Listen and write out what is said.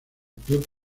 club